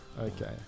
Okay